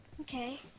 Okay